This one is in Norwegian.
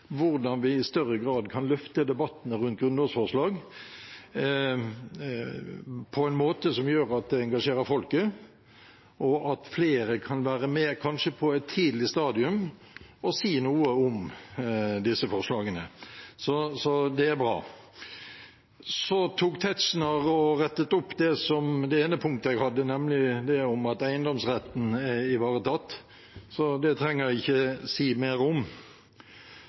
hvordan vi i større grad kan løfte debattene rundt grunnlovsforslag på en måte som gjør at det engasjerer folket, og at flere kan være med, kanskje på et tidlig stadium, og si noe om disse forslagene. Det er bra. Representanten Tetzschner tok opp det ene punktet jeg hadde, nemlig det om at eiendomsretten er ivaretatt, så det trenger jeg ikke si mer om.